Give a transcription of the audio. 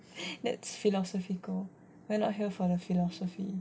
that's philosophy though we're not here for the philosophy